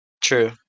True